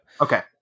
Okay